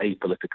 apolitical